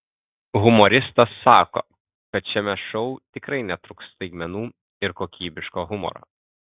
humoristas sako kad šiame šou tikrai netrūks staigmenų ir kokybiško humoro